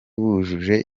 bujuje